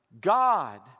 God